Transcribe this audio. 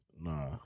Nah